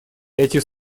эти